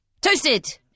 Toasted